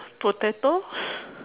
potatoes